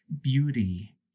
beauty